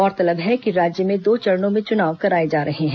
गौरतलब है कि राज्य में दो चरणों में चुनाव कराए जा रहे हैं